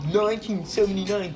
1979